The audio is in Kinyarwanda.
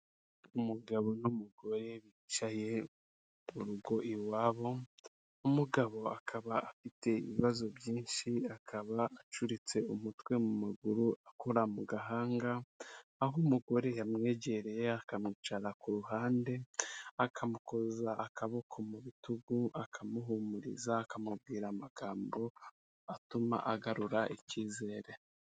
Umugabo n'umugore bicaye mu rugo iwabo umugabo akaba afite ibibazo byinshi akaba acuritse umutwe mu maguru akora mu gahanga aho umugore yamwegereye akamwicara ku ruhande akamukoza akaboko mu bitugu akamuhumuriza akamubwira amagambo atuma agarura icyizere.